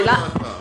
לא הייתה התרעה.